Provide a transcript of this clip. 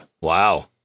Wow